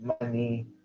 money